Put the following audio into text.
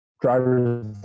driver's